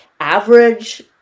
average